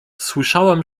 słyszałam